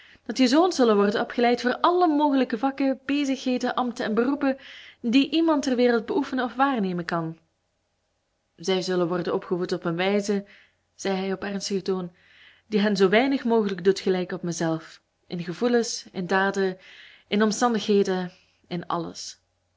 dat je zoons zullen worden opgeleid voor alle mogelijke vakken bezigheden ambten en beroepen die iemand ter wereld beoefenen of waarnemen kan zij zullen worden opgevoed op een wijze zeide hij op ernstigen toon die hen zoo weinig mogelijk doet gelijken op mijzelf in gevoelens in daden in omstandigheden in alles